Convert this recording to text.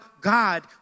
God